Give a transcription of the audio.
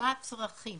למה הצרכים